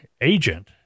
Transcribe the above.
agent